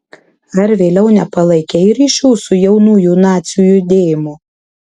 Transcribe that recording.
ar vėliau nepalaikei ryšių su jaunųjų nacių judėjimu